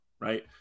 right